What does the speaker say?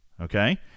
Okay